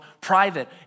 private